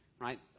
right